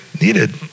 needed